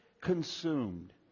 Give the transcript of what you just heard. consumed